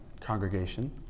congregation